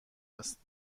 است